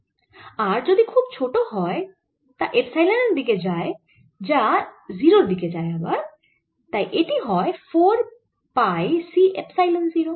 r যদি খুব ছোট হয় তা এপসাইলন এর দিকে যায় যা 0 এর দিকে যায় তাই এটি হয় 4 পাই C এপসাইলন 0